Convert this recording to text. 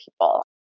people